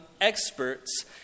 experts